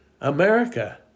America